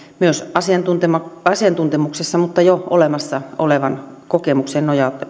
myös asiantuntemuksessa asiantuntemuksessa mutta jo olemassa olevaan kokemukseen